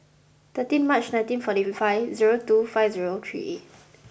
thirteen March nineteen forty five zero two five zero three